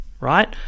right